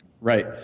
Right